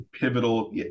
pivotal